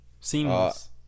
seamless